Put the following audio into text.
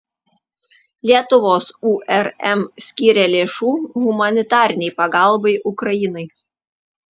lietuvos urm skyrė lėšų humanitarinei pagalbai ukrainai